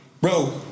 Bro